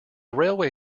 railway